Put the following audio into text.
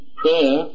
prayer